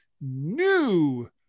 new